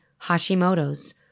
Hashimoto's